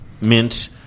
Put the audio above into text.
Mint